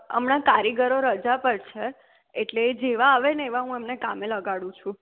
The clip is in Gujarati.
હમણાં કારીગરો રજા પર છે એટલે એ જેવા આવે ને એવા હું એમને કામે લગાડું છું